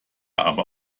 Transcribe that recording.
aber